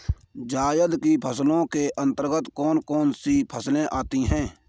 जायद की फसलों के अंतर्गत कौन कौन सी फसलें आती हैं?